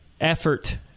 effort